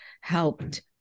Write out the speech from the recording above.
helped